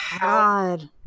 God